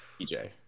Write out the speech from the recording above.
pj